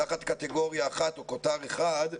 תחת קטגוריה אחת או כותר אחד,